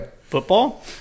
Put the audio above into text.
football